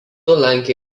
lankė